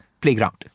playground